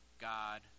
God